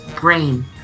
brain